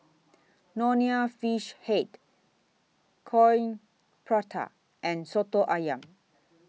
Nonya Fish Head Coin Prata and Soto Ayam